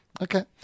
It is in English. Okay